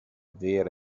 vera